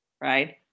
right